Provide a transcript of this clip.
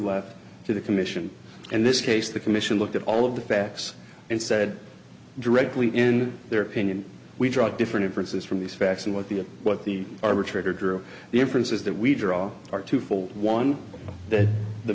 left to the commission and this case the commission looked at all of the facts and said directly in their opinion we draw different inferences from these facts and what the what the arbitrator drew the inference is that we draw are twofold one that the